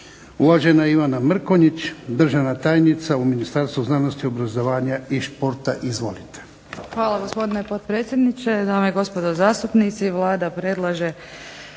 Uvažena Ivana Mrkonjić državna tajnica u Ministarstvu znanosti, obrazovanja i športa. Izvolite. **Mrkonjić, Ivana** Hvala gospodine potpredsjedniče, dame i gospodo zastupnici. Vlada predlaže